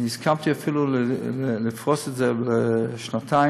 הסכמתי אפילו לפרוס את זה לשנתיים